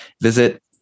visit